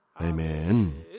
Amen